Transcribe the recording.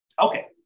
Okay